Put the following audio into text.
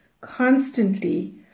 constantly